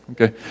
Okay